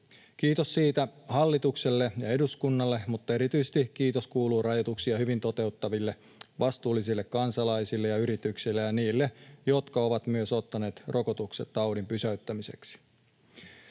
Kiitos siitä hallitukselle ja eduskunnalle, mutta erityisesti kiitos kuuluu rajoituksia hyvin toteuttaville, vastuullisille kansalaisille ja yrityksille ja niille, jotka ovat myös ottaneet rokotukset taudin pysäyttämiseksi.